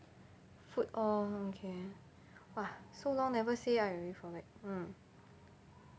food all okay !wah! so long never say I already forget mm